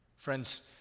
Friends